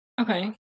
Okay